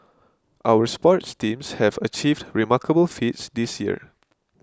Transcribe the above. our sports teams have achieved remarkable feats this year